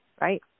right